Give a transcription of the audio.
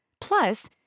plus